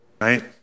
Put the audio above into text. right